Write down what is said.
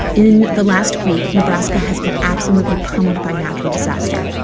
in the last week, nebraska has been absolutely pummeled by natural disaster,